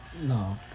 No